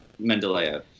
Mendeleev